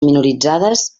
minoritzades